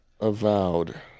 avowed